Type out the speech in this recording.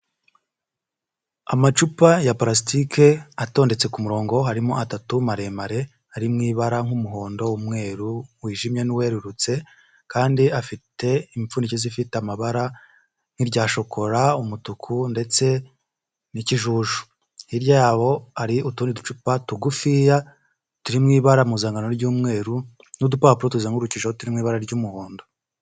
Amacupa ya parasitike atondetse ku murongo harimo atatu maremare ari mu ibara nk'umuhondo, umweru wijimye n'uwerurutse, kandi afite imipfunikizo ifite amabara nk'irya shokora, umutuku ndetse n'ikijuju, hirya yabo hari utundi ducupa tugufiya turi mu ibara mpuzankano ry'umweru, n'udupapuro tuzengurukijeho turi mu ibara ry'umuhondo.